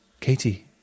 katie